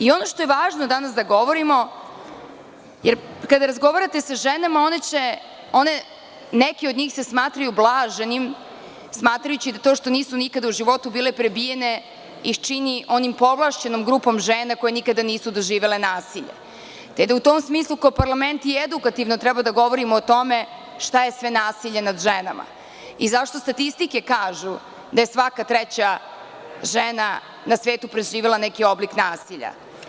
Ono što je važno da danas govorimo kada razgovarate sa ženama neke od njih se smatraju blaženim, smatrajući da to što nisu nikada u životu bile prebijene ih čini onom povlašćenom grupom žena koje nikada nisu doživele nasilje, te da u tom smislu kao parlament i edukativno treba da govorimo o tome šta je sve nasilje nad ženama i zašto statistike kažu da je svaka treća žena preživele neki oblik nasilja.